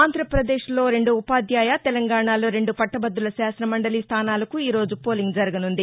ఆంధ్రప్రదేశ్లో రెండు ఉపాధ్యాయ తెలంగాణలో రెండు పట్లభదుల శాసనమండలి స్థానాలకు ఈరోజు పోలింగ్ జరగనుంది